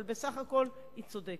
אבל בסך הכול היא צודקת.